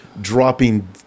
dropping